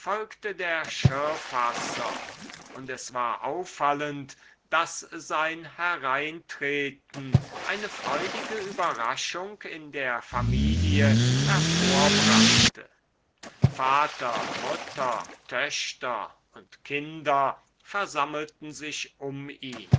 der schirrfasser und es war auffallend daß sein hereintreten eine freudige überraschung in der familie hervorbrachte vater mutter töchter und kinder versammelten sich um ihn